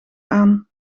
aan